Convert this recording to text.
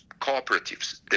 cooperatives